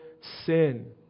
sin